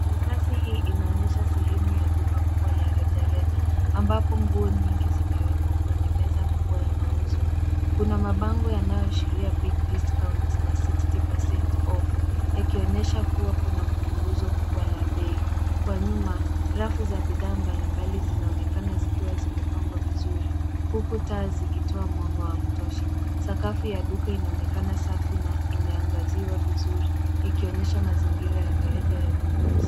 Risasi hii inaonyesha eneo la duka kubwa la rejareja ambapo nguo nyingi zimewekwa kwenye meza kubwa ya mauzo. Kuna mabango yanayoahiria big discount na sixty percent off yakionyesha kuwa kuna mpunguzo kubwa la bei. Kwa nyuma, rafu za bidhaa mbalimbali zinaonekana zikiwa zimepangwa vizuri huku taa zikitoa mwanga wa kutosha. Sakafu ya duka inaonekana safi na imeangaziwa vizuri ikionyesha mazingira ya kawaida ya ununuzi.